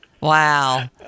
wow